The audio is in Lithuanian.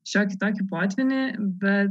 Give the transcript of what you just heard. šiokį tokį potvynį bet